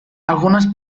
algunes